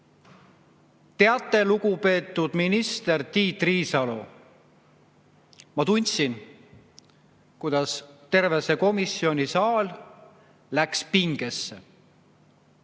"Teate, lugupeetud minister Tiit Riisalo!" Ma tundsin, kuidas terve komisjonisaal läks pingesse.